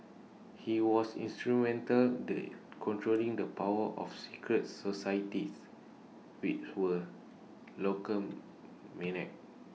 he was instrumental the controlling the power of secret societies which were local menace